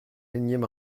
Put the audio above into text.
énième